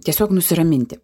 tiesiog nusiraminti